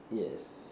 yes